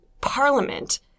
Parliament